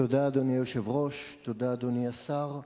תודה, אדוני היושב-ראש, תודה, אדוני השר.